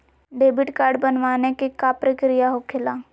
Debit card बनवाने के का प्रक्रिया होखेला?